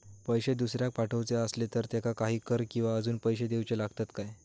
पैशे दुसऱ्याक पाठवूचे आसले तर त्याका काही कर किवा अजून पैशे देऊचे लागतत काय?